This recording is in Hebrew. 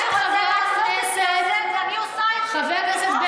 את חברת כנסת,